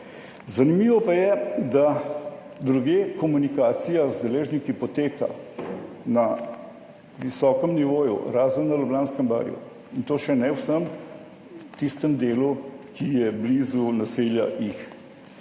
Zanimivo pa je, da drugje komunikacija z deležniki poteka na visokem nivoju, razen na Ljubljanskem barju. In to še ne v vsem tistem delu, ki je blizu naselja Ig.